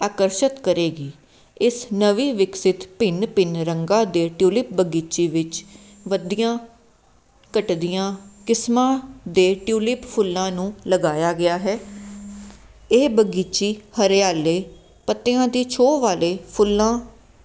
ਆਕਰਸ਼ਤ ਕਰੇਗੀ ਇਸ ਨਵੀਂ ਵਿਕਸਿਤ ਭਿੰਨ ਭਿੰਨ ਰੰਗਾਂ ਦੇ ਟਿਉਲਿਪ ਬਗੀਚੀ ਵਿੱਚ ਵੱਧਦੀਆਂ ਘਟਦੀਆਂ ਕਿਸਮਾਂ ਦੇ ਟਿਉਲਿਪ ਫੁੱਲਾਂ ਨੂੰ ਲਗਾਇਆ ਗਿਆ ਹੈ ਇਹ ਬਗੀਚੀ ਹਰਿਆਲੇ ਪੱਤਿਆਂ ਦੀ ਛੋਹ ਵਾਲੇ ਫੁੱਲਾਂ